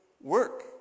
work